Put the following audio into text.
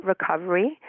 recovery